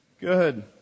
Good